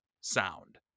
sound